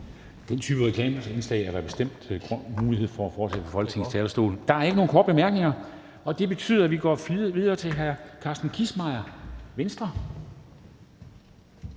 Den type reklameindslag er der bestemt mulighed for at lave fra Folketingets talerstol. Der er ikke nogen korte bemærkninger, og det betyder, at vi går videre til hr. Carsten Kissmeyer, Venstre.